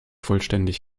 vollständig